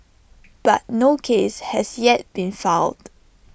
but no case has yet been filed